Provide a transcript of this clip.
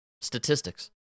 statistics